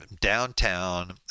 downtown